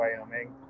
Wyoming